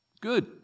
Good